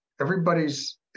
Everybody's